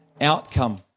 Outcome